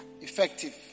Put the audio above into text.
effective